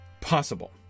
possible